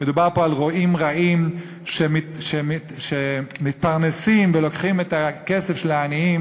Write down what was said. מדובר פה על רועים רעים שמתפרנסים ולוקחים את הכסף של העניים